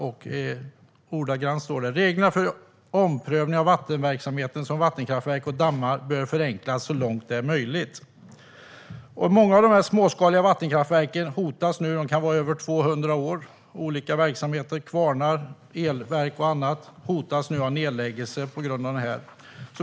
Ordagrant står det: "Reglerna för omprövning av vattenverksamhet som vattenkraftverk och dammar bör förenklas så långt det är möjligt." Många av de småskaliga vattenkraftverken hotas nu. En del av dem är över 200 år gamla. Det är olika verksamheter - kvarnar, elverk och annat - som hotas av nedläggning på grund av detta.